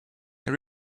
they